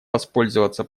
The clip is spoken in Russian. воспользоваться